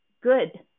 good